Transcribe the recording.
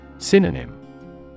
Synonym